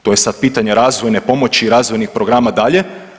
To je sad pitanje razvojne pomoći i razvojnih programa dalje.